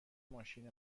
ماشین